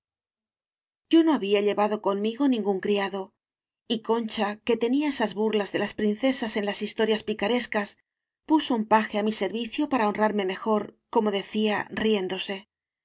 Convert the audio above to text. yo no había llevado conmigo ningún cria do y concha que tenía esas burlas de las princesas en las historias picarescas puso un paje á mi servicio para honrarme mejor como decía riéndose